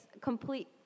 complete